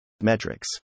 metrics